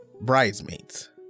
bridesmaids